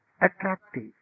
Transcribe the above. attractive